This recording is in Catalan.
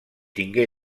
tingué